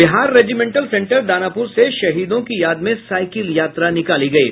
Bihar regimental centre Danapur से शहीदों की याद में साइकिल यात्रा निकाली गयी